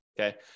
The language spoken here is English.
okay